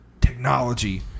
technology